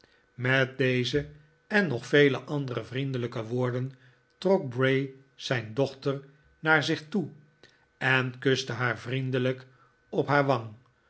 met deze en nog vele andere vriendelijke woorden trok bray zijn dochter naar zich toe en kuste haar vriendelijk op haar wang